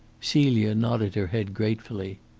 celia nodded her head gratefully.